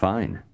Fine